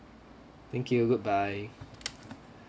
thank you goodbye